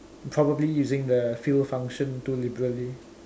probably using the fill function too liberally